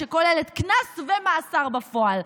שכוללת קנס ומאסר בפועל?